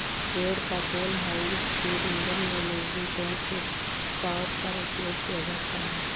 रेड़ का तेल high speed engine में लुब्रिकेंट के तौर पर उपयोग किया जाता है